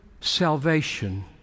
salvation